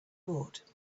bought